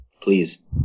Please